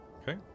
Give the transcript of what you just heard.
Okay